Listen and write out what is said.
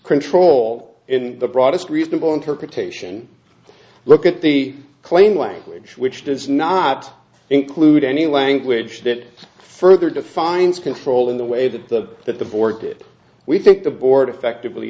control in the broadest reasonable interpretation look at the claim language which does not include any language that further defines control in the way that the that the board did we think the board effectively